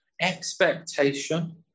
expectation